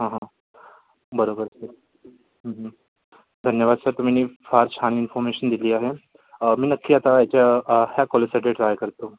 हा हा बरोबर धन्यवाद सर तुम्ही ना फार छान इन्फॉर्मेशन दिली आहे मी नक्की आता याच्या ह्या कॉलेजसाठी ट्राय करतो